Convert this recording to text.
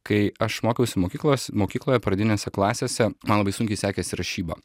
kai aš mokiausi mokyklos mokykloje pradinėse klasėse man labai sunkiai sekėsi rašyba